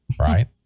right